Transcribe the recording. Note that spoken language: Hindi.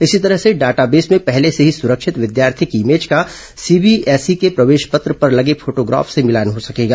इसी तरह से डाटाबेस में पहले से ही सुरक्षित विद्यार्थी की इमेज का सीबीएसई के प्रवेश पत्र पर लगे फोटोग्राफ से मिलान हो सकेगा